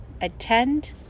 Attend